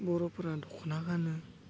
बर'फोरा दख'ना गानो